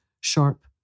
sharp